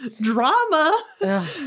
drama